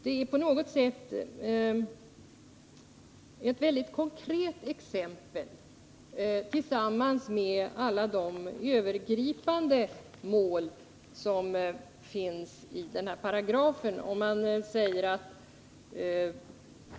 Det är på något sätt ett väldigt konkret exempel tillsammans med alla de övergripande mål som nämns i den ifrågavarande paragrafen.